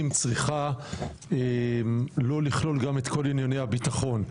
צריכה לא לכלול גם את כל עניין הביטחון.